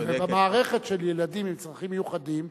במערכת של ילדים עם צרכים מיוחדים,